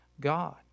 God